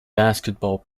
basketball